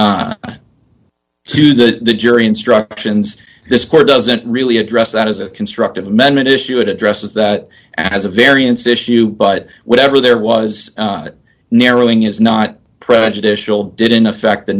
indictment to to the jury instructions this court doesn't really address that as a constructive amendment issue it addresses that as a variance issue but whatever there was that narrowing is not prejudicial didn't affect the